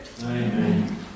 Amen